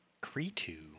Cretu